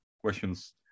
questions